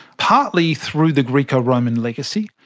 partly through the greco-roman legacy,